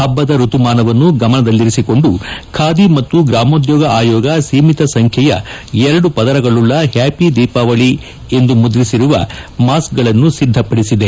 ಪಬ್ಲದ ಋತುಮಾನವನ್ನು ಗಮನದಲ್ಲಿರಿಸಿಕೊಂಡು ಖಾದಿ ಮತ್ತು ಗ್ರಾಮೋದ್ಯೋಗ ಆಯೋಗ ಸೀಮಿತ ಸಂಜ್ಞೆಯ ಎರಡು ಪದರಗಳುಳ್ಳ ಹ್ಯಾಪಿ ದೀಪಾವಳಿ ಎಂದು ಮುದ್ರಿಸಿರುವ ಮಾಸ್ಕ್ ಗಳನ್ನು ಸಿದ್ದಪಡಿಸಿದೆ